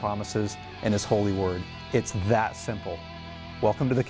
promises and his holy word it's that simple welcome to the